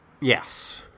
Yes